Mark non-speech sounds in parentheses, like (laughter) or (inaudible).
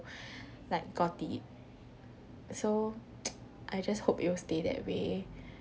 like got it so (noise) I just hope it will stay that way